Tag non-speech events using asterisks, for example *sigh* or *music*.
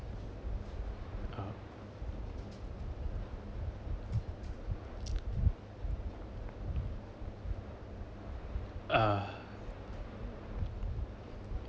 uh *noise* ah